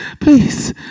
please